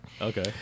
Okay